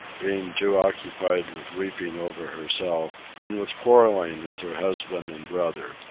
being too occupied with weeping over herself and with quarrelling with her husband and brother.